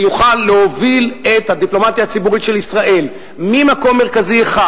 שיוכל להוביל את הדיפלומטיה הציבורית של ישראל ממקום מרכזי אחד,